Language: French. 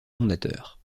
fondateurs